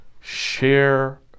share